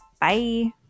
Bye